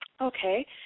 Okay